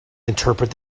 interpret